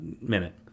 minute